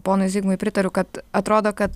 ponui zigmui pritariu kad atrodo kad